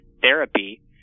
therapy